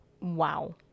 Wow